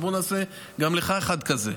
בואו נעשה גם לך אחד כזה.